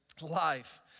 life